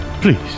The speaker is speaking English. please